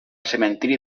cementiri